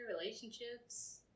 relationships